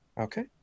Okay